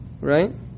Right